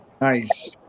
Nice